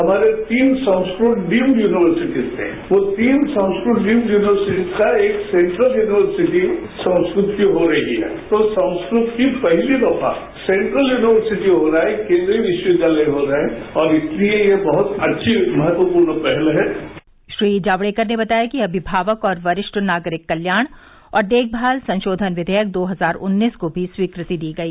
हमारे तीन Sanskrit deemed university थे वो तीन संस्कृत डीम्ड युनिवर्सिटी का एक सेन्ट्रल युनिवर्सिटी संस्कृत की हो रही है तो संस्कृत की पहली दफा सेन्ट्रल युनिवर्सिटी हो रहा है केन्ट्रीय विश्वविद्यालय हो रहा है और इसलिए ये बहुत अच्छी महत्वपूर्ण पहल है श्री जावडेकर ने बताया कि अभिभावक और वरिष्ठ नागरिक कल्याण और देखभाल संशोधन विधेयक दो हजार उन्नीस को भी स्वीकृति दी गई